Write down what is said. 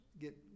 get